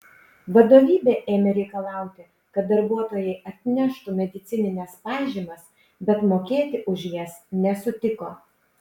vadovybė ėmė reikalauti kad darbuotojai atneštų medicinines pažymas bet mokėti už jas nesutiko